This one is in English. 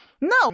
No